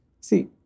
See